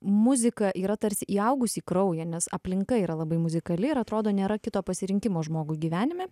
muzika yra tarsi įaugus į kraują nes aplinka yra labai muzikali ir atrodo nėra kito pasirinkimo žmogui gyvenime